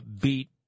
beat